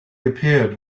appeared